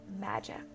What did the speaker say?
magic